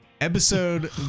Episode